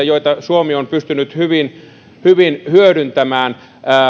joita suomi on pystynyt hyvin hyvin hyödyntämään